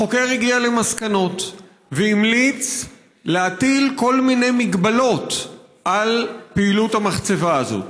החוקר הגיע למסקנות והמליץ להטיל כל מיני מגבלות על פעילות המחצבה הזאת.